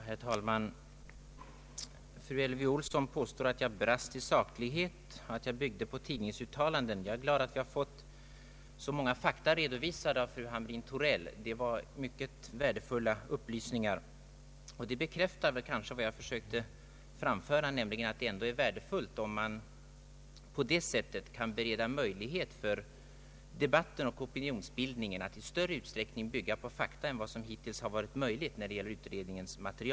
Herr talman! Fru Elvy Olsson påstod att jag brast i saklighet och att jag byggde mitt anförande på tidningsuttalanden. Jag är glad över att ha fått så många fakta redovisade av fru Hamrin Thorell, det var mycket värdefulla upplysningar. Det bekräftar vad jag försökte framföra, att det ändå är värdefullt att kunna bereda möjligheter för debatt och opinionsbildning genom att i större utsträckning bygga på fakta än vad som hittills varit möjligt när det gällt utredningens material.